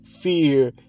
fear